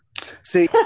See